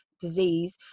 disease